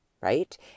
right